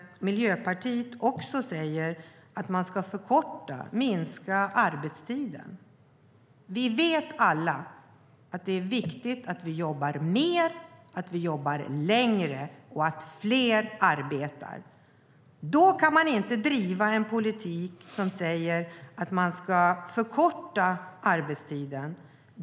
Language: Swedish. Miljöpartiet säger också att man ska förkorta, minska, arbetstiden. Vi vet alla att det är viktigt att vi arbetar mer, att vi arbetar längre och att fler arbetar. Då kan man inte driva en politik som säger att man ska förkorta arbetstiden.